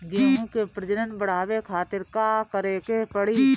गेहूं के प्रजनन बढ़ावे खातिर का करे के पड़ी?